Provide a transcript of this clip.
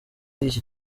iki